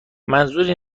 منظوری